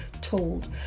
told